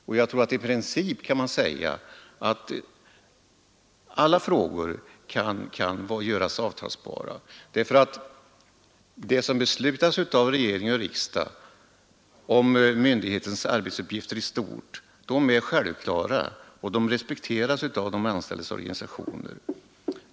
Och i princip kan man säga att alla frågor kan göras avtalsbara, därför att det som beslutas av regering och riksdag om myndigheternas arbetsuppgifter i stort är självklara ting som respekteras av de anställdas organisationer.